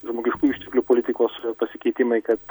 žmogiškųjų išteklių politikos pasikeitimai kad